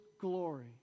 glory